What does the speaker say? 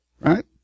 Right